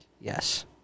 yes